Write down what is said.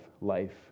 life